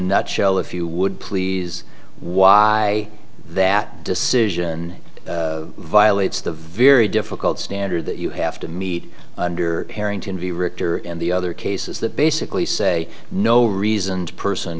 nutshell if you would please why that decision violates the very difficult standard that you have to meet under parrington v richter and the other cases that basically say no reasoned person